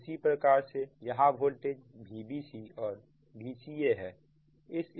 उसी प्रकार से यहां वोल्टेज Vbcऔर Vcaहै